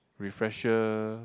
refresher